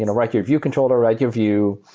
and write your view controller, write your view.